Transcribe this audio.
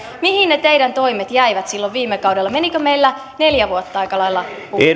mihin ne teidän toimenne jäivät silloin viime kaudella menikö meillä neljä vuotta aika lailla